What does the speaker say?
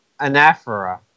anaphora